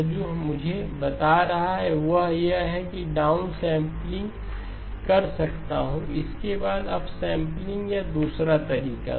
यह जो मुझे बता रहा है वह यह है कि मैं डाउन सैंपलिंग कर सकता हूं इसके बाद अप सैंपलिंग या दूसरा तरीका